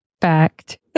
Fact